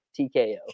TKO